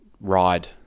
ride